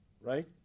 right